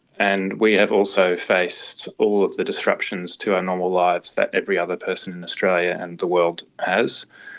and we have also faced all of the disruptions to our normal lives that every other person in australia and the world has.